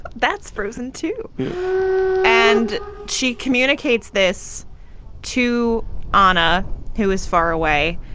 that's frozen, too and she communicates this to honor who is far away.